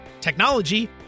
technology